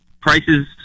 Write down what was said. prices